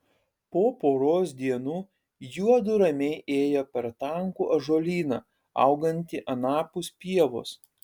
po poros dienų juodu ramiai ėjo per tankų ąžuolyną augantį anapus pievos